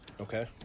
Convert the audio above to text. Okay